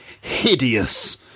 hideous